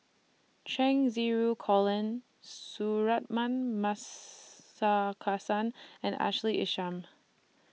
Cheng Xinru Colin Suratman Markasan and Ashley Isham